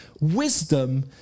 wisdom